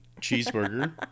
Cheeseburger